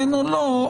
כן או לא,